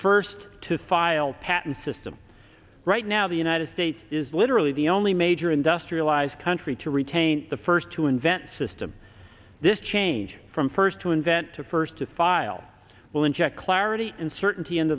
first to file patent system right now the united states is literally the only major industrialized country to retain the first to invent system this change from first to invent to first to file will inject clarity and certainty